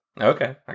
okay